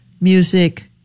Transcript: music